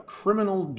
criminal